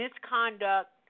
misconduct